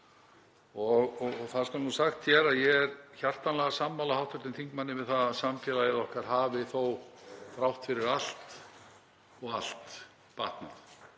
Það skal sagt hér að ég er hjartanlega sammála hv. þingmanni um að samfélag okkar hafi þó þrátt fyrir allt og allt batnað.